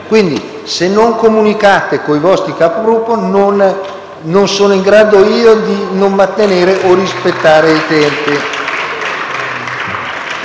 Senatore Gasparri,